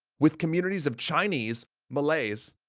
with communities of chinese, malays,